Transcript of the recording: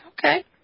okay